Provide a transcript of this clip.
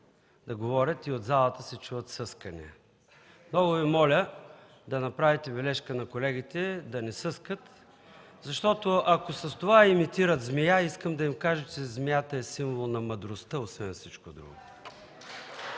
да говорят и от залата се чуват съскания. Много Ви моля да направите бележка на колегите да не съскат, защото, ако с това имитират змия, искам да им кажа, че змията е символ на мъдростта, освен всичко друго.